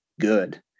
good